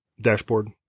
dashboard